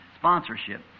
Sponsorship